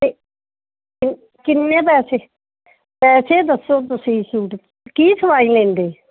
ਅਤੇ ਅਤੇ ਕਿੰਨੇ ਪੈਸੇ ਪੈਸੇ ਦੱਸੋ ਤੁਸੀਂ ਸੂਟ ਕੀ ਸਿਲਾਈ ਲੈਂਦੇ